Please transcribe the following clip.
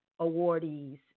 awardees